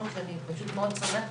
זאת אומרת שכל מי שמדבר על להפחית את